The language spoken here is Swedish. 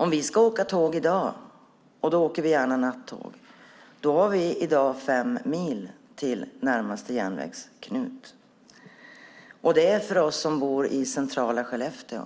Om vi ska åka tåg i dag, då vi gärna åker nattåg, har vi fem mil till närmaste järnvägsknut, och det gäller oss som bor i centrala Skellefteå.